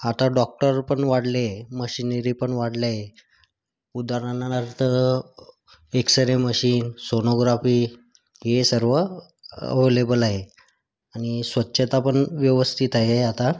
आता डॉक्टर पण वाढले आहे मशिनेरी पण वाढले आहे उदारणार्थ एक्सरे मशीन सोनोग्राफी हे सर्व अव्हलेबल आहे आणि स्वच्छता पण व्यवस्थित आहे आता